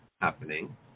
happening